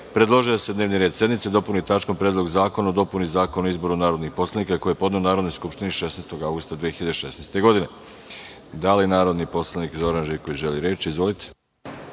predložio je da se dnevni red sednice dopuni tačkom – Predlog zakona o dopuni Zakona o izboru narodnih poslanika, koji je podneo Narodnoj skupštini 16. avgusta 2016. godine. Da li narodni poslanik Zoran Živković želi reč? Izvolite.